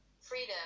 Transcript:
freedom